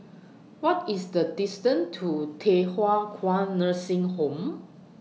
What IS The distance to Thye Hua Kwan Nursing Home